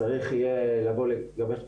צריך יהיה לבוא לגבש המלצות,